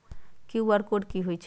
QR code कि हई छई?